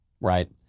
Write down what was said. right